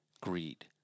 greed